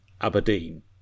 Aberdeen